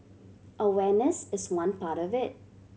awareness is one part of it